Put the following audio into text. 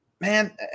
man